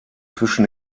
zwischen